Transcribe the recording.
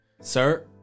Sir